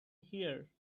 here